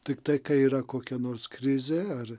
tiktai kai yra kokia nors krizė ar